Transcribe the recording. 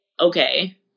okay